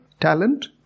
talent